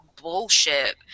bullshit